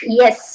yes